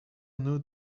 new